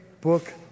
book